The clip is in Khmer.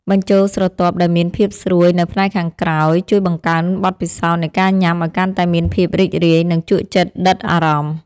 បញ្ចូលស្រទាប់ដែលមានភាពស្រួយនៅផ្នែកខាងក្រោមជួយបង្កើនបទពិសោធន៍នៃការញ៉ាំឱ្យកាន់តែមានភាពរីករាយ និងជក់ចិត្តដិតអារម្មណ៍។